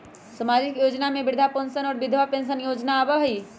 सामाजिक योजना में वृद्धा पेंसन और विधवा पेंसन योजना आबह ई?